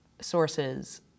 sources